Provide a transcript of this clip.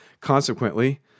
consequently